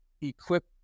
equip